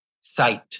sight